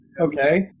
Okay